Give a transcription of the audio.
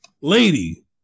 Lady